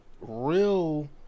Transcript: real